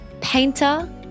painter